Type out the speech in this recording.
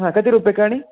हा कति रूप्यकाणि